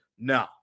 No